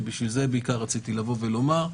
שבשביל זה בעיקר רציתי לבוא ולדבר.